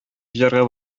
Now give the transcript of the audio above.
җыярга